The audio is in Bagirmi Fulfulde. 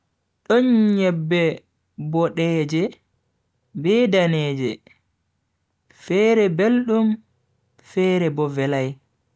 Don nyebbe bodeeje, be daneje. Fere beldum fere bo velai.